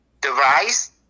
Device